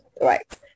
Right